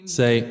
say